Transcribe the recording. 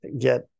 get